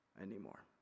anymore